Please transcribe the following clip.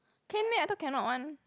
can meh I thought cannot one